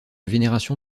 vénération